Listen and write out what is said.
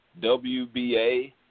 WBA